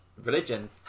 religion